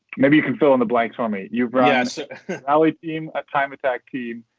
maybe you can fill in the blanks for me. you've run a rally team, a time attack team,